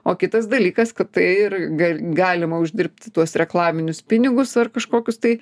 o kitas dalykas kad tai ir ga galima uždirbti tuos reklaminius pinigus ar kažkokius tai